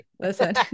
Listen